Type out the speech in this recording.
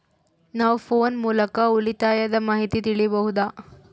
ನಾವು ಫೋನ್ ಮೂಲಕ ಉಳಿತಾಯದ ಮಾಹಿತಿ ತಿಳಿಯಬಹುದಾ?